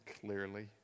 clearly